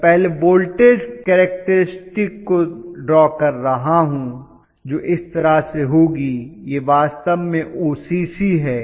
मैं पहले voltage characteristic को ड्रॉ कर रहा हूं जो इस तरह से होगी यह वास्तव में ओसीसी है